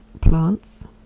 plants